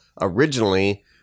originally